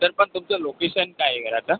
sir पण तुमचं location काय आहे घराचा